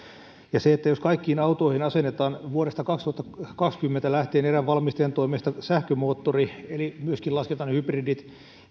jos kaikkiin autoihin asennetaan vuodesta kaksituhattakaksikymmentä lähtien erään valmistajan toimesta sähkömoottori eli myöskin lasketaan hybridit